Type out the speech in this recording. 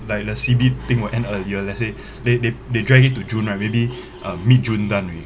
like the C_B thing would end earlier let's say they they they drag it to june right maybe uh mid june done already